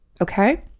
Okay